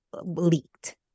leaked